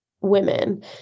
women